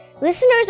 Listeners